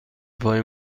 پای